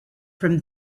from